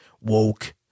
woke